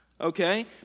Okay